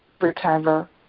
recover